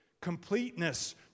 Completeness